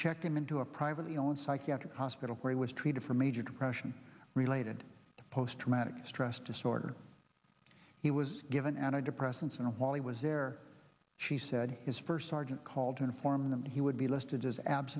checked him into a privately owned psychiatric hospital where he was treated for major depression related to post traumatic stress disorder he was given and i depressants and while he was there she said his first sergeant called to inform them he would be listed as abs